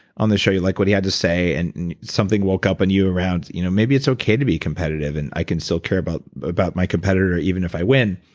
on the show, you liked what he had to say and something woke up and you around, you know maybe it's okay to be competitive, and i can still care about about my competitor, even if i win